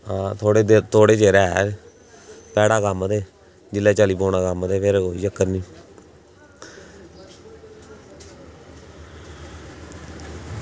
आं थोह्ड़े चिर ऐ भैड़ा कम्म ते जेल्लै चली पौना कम्म ते कोई चक्कर निं